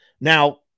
now